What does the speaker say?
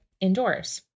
indoors